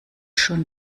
schon